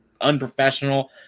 unprofessional